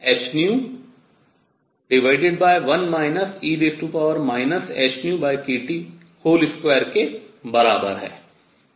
तो यह e hνkThν 1 e hνkT2 के बराबर है